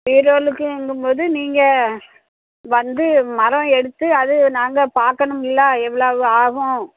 பீரோளுக்குங்கும் போது நீங்கள் வந்து மரம் எடுத்து அது நாங்கள் பார்க்கணும்ல எவ்வளோவு ஆகும்